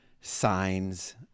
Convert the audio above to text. Signs